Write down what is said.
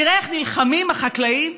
תראה איך נלחמים החקלאים.